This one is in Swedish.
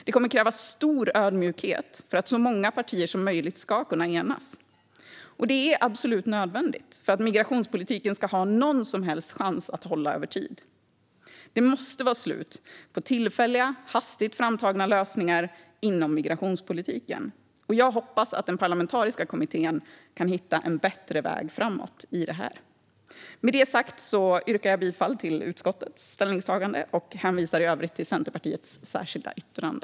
Det kommer att krävas stor ödmjukhet för att så många partier som möjligt ska kunna enas, och det är absolut nödvändigt för att migrationspolitiken ska ha någon som helst chans att hålla över tid. Det måste vara slut på tillfälliga, hastigt framtagna lösningar inom migrationspolitiken, och jag hoppas att den parlamentariska kommittén kan hitta en bättre väg framåt i detta. Med det sagt yrkar jag bifall till utskottets förslag i betänkandet och hänvisar i övrigt till Centerpartiets särskilda yttrande.